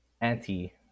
anti